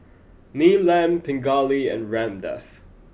Neelam Pingali and Ramdev